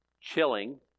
chilling